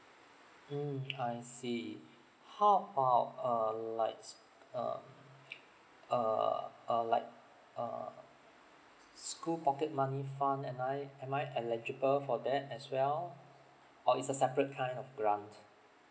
mm I see how about uh like uh uh uh like uh school pocket money fund am I am I eligible for that as well oh it's a separate kind of grant